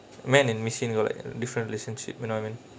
man in machine will like different relationship you know I mean